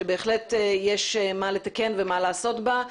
שבהחלט יש מה לתקן ומה לעשות בה.